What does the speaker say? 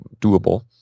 doable